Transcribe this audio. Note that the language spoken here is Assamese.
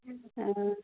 অঁ